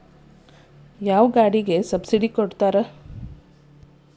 Subsidy ಯಾವ ಗಾಡಿಗೆ ಕೊಡ್ತಾರ?